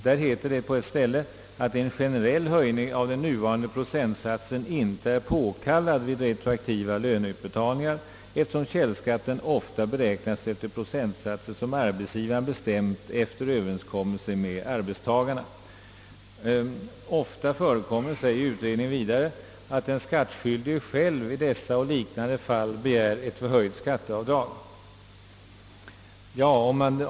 Den framhåller på ett ställe i betänkandet att en generell höjning av den nuvarande procentsatsen inte är påkallad vid retroaktiva löneutbetalningar eftersom källskatten ofta beräknas efter procentsatser som arbetsgivaren bestämt efter överenskommelse med respektive arbetstagare, Ofta förekommer, säger utredningen vidare, att den skattskyldige själv i dessa och liknande fall begär ett förhöjt skatteavdrag.